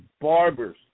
barbers